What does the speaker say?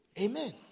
Amen